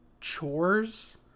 chores